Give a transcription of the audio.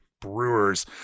brewers